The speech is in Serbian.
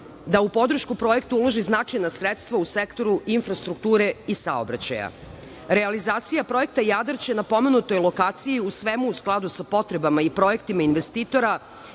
da u podršku projekta uloži značajna sredstva u sektoru infrastrukture i saobraćaja. Realizacija projekta „Jadar“ će na pomenutoj lokaciji u svemu u skladu sa potrebama i projektima investitora